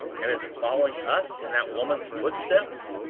and is it following us in that woman's footsteps?